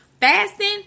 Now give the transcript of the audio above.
Fasting